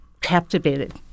captivated